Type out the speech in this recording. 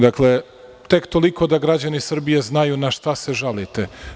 Dakle, tek toliko da građani Srbije znaju na šta se žalite.